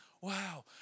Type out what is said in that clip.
wow